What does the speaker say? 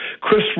Chris